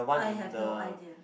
I have no idea